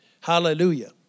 Hallelujah